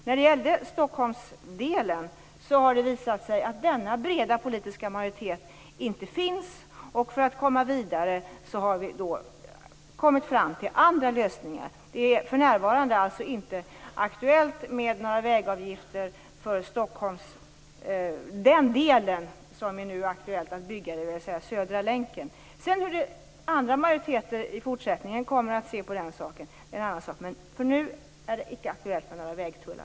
När det gäller Stockholmsdelen har det visat sig att denna breda politiska majoritet inte finns. För att komma vidare har vi kommit fram till andra lösningar. Det är för närvarande inte aktuellt med några vägavgifter för den del som nu skall byggas, dvs. Södra länken. Det är en annan sak hur andra majoriteter i fortsättningen kommer att se på den saken. Nu är det icke aktuellt med några vägtullar.